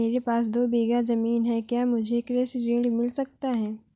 मेरे पास दो बीघा ज़मीन है क्या मुझे कृषि ऋण मिल सकता है?